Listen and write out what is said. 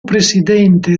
presidente